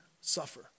suffer